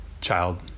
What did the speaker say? child